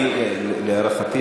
להערכתי,